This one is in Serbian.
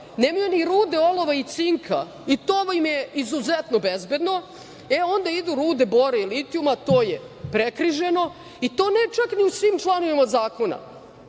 Nemaju ni rude olova i cinka, i to vam je izuzetno bezbedno. E, onda idu rude bora i litijuma. To je prekriženo, i to ne čak ni u svim članovima zakona.